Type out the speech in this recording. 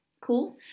Cool